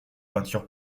peinture